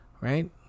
right